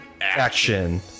action